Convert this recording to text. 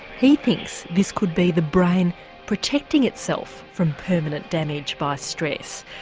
he thinks this could be the brain protecting itself from permanent damage by stress.